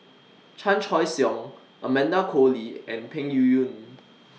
Chan Choy Siong Amanda Koe Lee and Peng Yuyun